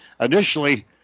Initially